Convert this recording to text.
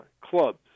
clubs